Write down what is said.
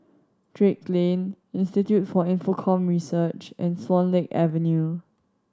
Drake Lane Institute for Infocomm Research and Swan Lake Avenue